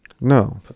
no